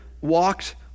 walked